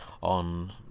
on